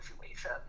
situation